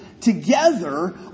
together